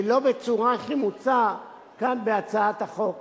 ולא בצורה שמוצעת כאן בהצעת החוק.